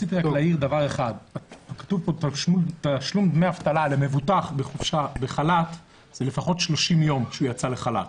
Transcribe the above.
כתוב פה: תשלום דמי אבטלה למבוטח בחל"ת זה לפחות 30 יום שהוא יצא לחל"ת.